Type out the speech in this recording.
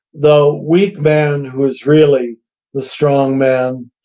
the weak man who's really the strong man.